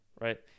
right